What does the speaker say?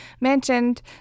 mentioned